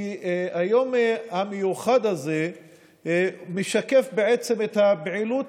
כי היום המיוחד הזה משקף את הפעילות